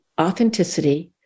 authenticity